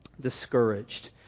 discouraged